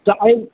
तो और